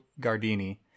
Gardini